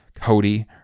Cody